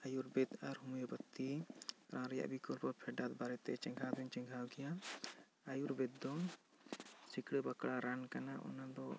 ᱟᱹᱭᱩᱨᱵᱮᱫᱽ ᱟᱨ ᱦᱚᱢᱤᱭᱚᱯᱮᱛᱷᱤ ᱨᱟᱱ ᱨᱮᱭᱟᱜ ᱯᱷᱮᱰᱟᱛ ᱵᱟᱨᱮ ᱛᱮ ᱪᱮᱸᱜᱷᱟᱣ ᱫᱚ ᱪᱮᱸᱜᱷᱟᱣ ᱜᱮᱭᱟ ᱟᱹᱭᱩᱨᱵᱮᱫᱽ ᱫᱚ ᱥᱤᱠᱲᱟ ᱵᱟᱠᱲᱟ ᱨᱟᱱ ᱠᱟᱱᱟ ᱚᱱᱟ ᱫᱚ